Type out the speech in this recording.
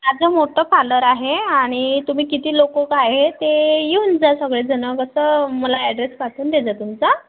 माझं मोठं पार्लर आहे आणि तुम्ही किती लोक काय आहे ते येऊन जा सगळेजणं कसं मला ॲड्रेस पाठवून देजा तुमचा